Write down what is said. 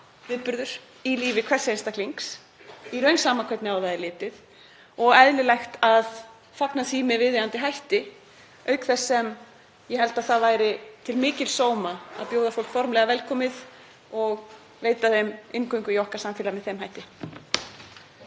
viðburður í lífi hvers einstaklings, í raun sama hvernig á það er litið, og eðlilegt að fagna því með viðeigandi hætti, auk þess sem ég held að það væri til mikils sóma að bjóða fólk formlega velkomið og veita því inngöngu í samfélag okkar á þann hátt.